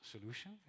solution